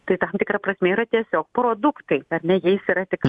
tai tam tikra prasmė yra tiesiog produktai ar ne jais tai yra tik